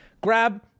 grab